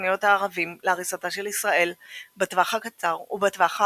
תוכניות הערבים להריסתה של ישראל בטווח הקצר ובטווח הארוך,